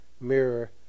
mirror